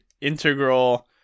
integral